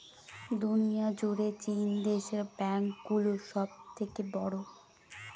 দুনিয়া জুড়ে চীন দেশের ব্যাঙ্ক গুলো সব থেকে বড়ো